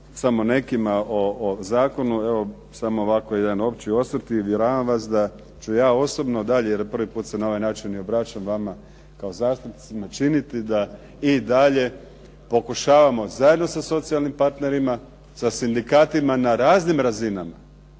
samo nekima o zakonu, evo samo ovako jedan opći osvrt. I uvjeravam vas da ću ja osobno dalje, jer prvi put se na ovaj način i obraćam vama kao zastupnicima, činiti da i dalje pokušavamo zajedno sa socijalnim partnerima, sa sindikatima na raznim razinama,